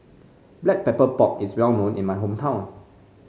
Black Pepper Pork is well known in my hometown